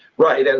right, you know